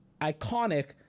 iconic